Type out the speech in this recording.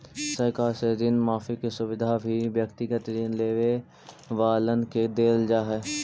सरकार से ऋण माफी के सुविधा भी व्यक्तिगत ऋण लेवे वालन के देल जा हई